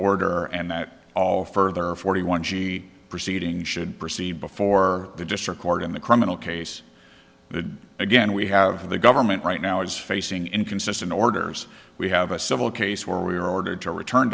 order and that all further forty one g proceeding should proceed before the district court in the criminal case would again we have the government right now is facing inconsistent orders we have a civil case where we are ordered to return